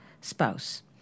spouse